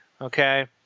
Okay